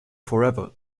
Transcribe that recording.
forever